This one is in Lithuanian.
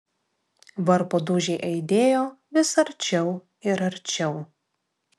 varpo dūžiai aidėjo vis arčiau ir arčiau